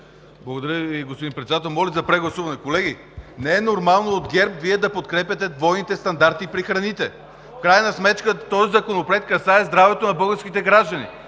Благодаря Ви, господин Председател. Моля за прегласуване. Колеги, не е нормално Вие от ГЕРБ да подкрепяте двойните стандарти при храните. В крайна сметка този законопроект касае здравето на българските граждани.